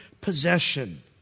possession